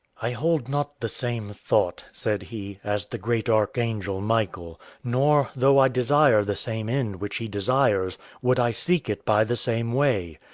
i hold not the same thought, said he, as the great archangel michael nor, though i desire the same end which he desires, would i seek it by the same way.